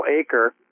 acre